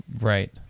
Right